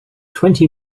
twenty